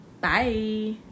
Bye